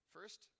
First